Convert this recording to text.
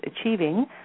achieving